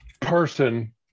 person